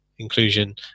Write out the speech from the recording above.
inclusion